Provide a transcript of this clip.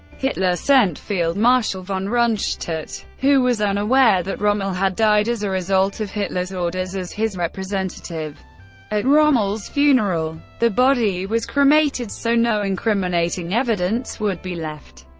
hitler sent field marshal von rundstedt, who was unaware that rommel had died as a result of hitler's orders, as his representative at rommel's funeral. the body was cremated so no incriminating evidence would be left.